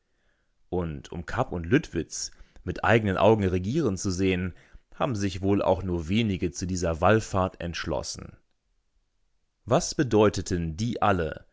und um kapp und lüttwitz mit eigenen augen regieren zu sehen haben sich wohl auch nur wenige zu dieser wallfahrt entschlossen was bedeuteten die alle